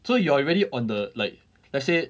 so you are really on the like let's say